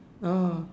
oh